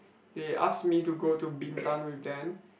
they ask me to go to Bintan with them